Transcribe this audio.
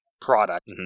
product